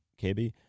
KB